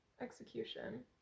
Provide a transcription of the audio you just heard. Execution